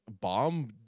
Bomb